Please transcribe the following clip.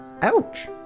Ouch